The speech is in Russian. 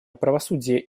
правосудия